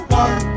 one